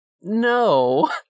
no